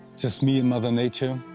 just me and mother nature.